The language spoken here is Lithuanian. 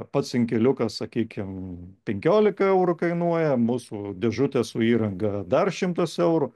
pats inkiliukas sakykim penkiolika eurų kainuoja mūsų dėžutė su įranga dar šimtas eurų